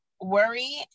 worry